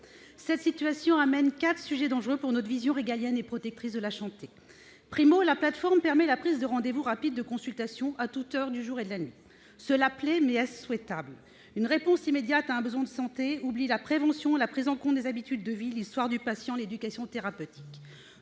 Cette situation amène quatre sujets dangereux pour notre vision régalienne et protectrice de la santé. Primo, la plateforme permet la prise rapide de rendez-vous de consultation à toute heure du jour ou de la nuit. Cela plaît, mais est-ce souhaitable ? En effet, une réponse immédiate à un besoin de santé oublie la prévention, la prise en compte des habitudes de vie, l'histoire du patient, l'éducation thérapeutique.